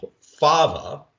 father